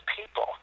people